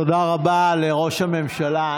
תודה רבה לראש הממשלה.